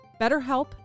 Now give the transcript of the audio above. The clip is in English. BetterHelp